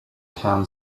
town